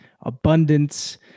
abundance